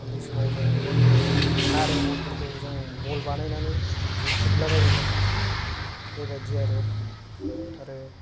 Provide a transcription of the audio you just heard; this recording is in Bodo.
ओन्दै समाव जों नारें बल फोरखौ जों बल बानायनानै जोख्रुब्ला बायोमोन बेबायदि आरो आरो